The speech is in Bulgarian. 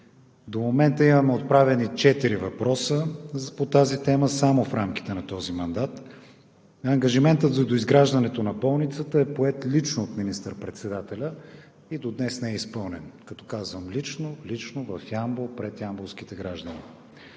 До момента имаме отправени четири въпроса по тази тема само в рамките на този мандат. Ангажиментът за доизграждането на болницата е поет лично от министър-председателя и до днес не е изпълнена. Като казвам лично – лично в Ямбол, пред ямболските граждани.